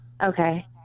Okay